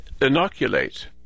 inoculate